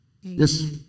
Yes